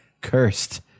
cursed